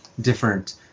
different